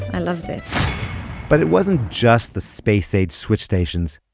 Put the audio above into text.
i loved it but it wasn't just the space age switch stations.